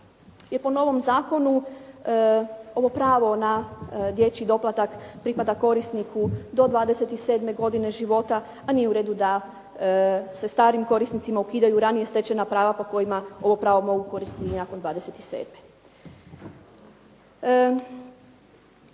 po novom zakonu ovo pravo na dječji doplatak pripada korisniku do 27 godine života a nije u redu da se starim korisnicima ukidaju ranije stečena prava po kojima ovo pravo mogu koristiti i nakon 27. Još nekoliko